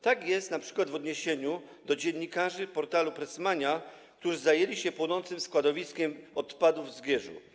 Tak jest np. w odniesieniu do dziennikarzy portalu Pressmania.pl, którzy zajęli się płonącym składowiskiem odpadów w Zgierzu.